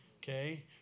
okay